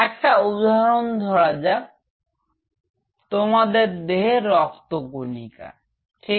একটা উদাহরণ ধরা যাক তোমাদের দেহের রক্ত কণিকা ঠিক